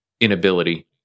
inability